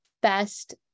best